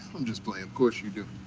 i'm just playing. of course you do.